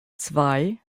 zwei